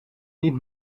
niet